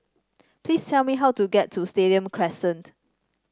please tell me how to get to Stadium Crescent